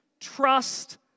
trust